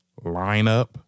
lineup